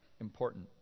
important